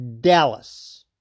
Dallas